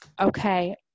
Okay